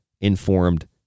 informed